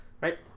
right